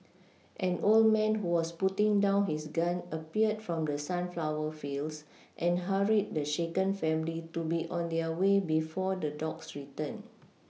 an old man who was putting down his gun appeared from the sunflower fields and hurried the shaken family to be on their way before the dogs return